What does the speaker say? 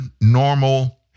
normal